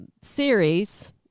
series